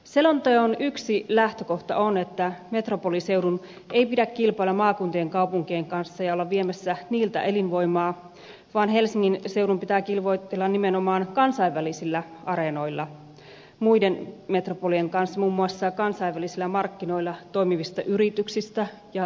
selonteon yksi lähtökohta on että metropoliseudun ei pidä kilpailla maakuntien kaupunkien kanssa ja olla viemässä niiltä elinvoimaa vaan helsingin seudun pitää kilvoitella nimenomaan kansainvälisillä areenoilla muiden metropolien kanssa muun muassa kansainvälisillä markkinoilla toimivista yrityksistä ja työvoimasta